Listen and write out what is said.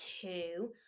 two